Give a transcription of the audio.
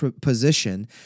position